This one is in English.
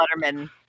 butterman